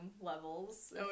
levels